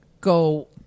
go